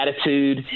attitude